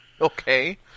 Okay